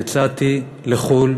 יצאתי לחו"ל